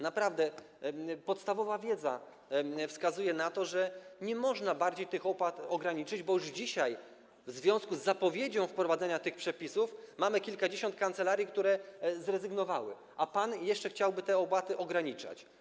Naprawdę podstawowa wiedza wskazuje na to, że nie można bardziej tych opłat ograniczyć, bo już dzisiaj w związku z zapowiedzią wprowadzenia tych przepisów mamy kilkadziesiąt kancelarii, które zrezygnowały, a pan jeszcze chciałby te opłaty ograniczać.